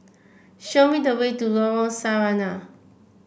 show me the way to Lorong Sarina